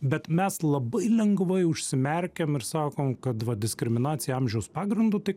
bet mes labai lengvai užsimerkiam ir sakom kad va diskriminacija amžiaus pagrindu tai